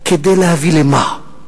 כדי להביא למה?